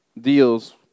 deals